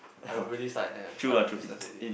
I will really start and start a business already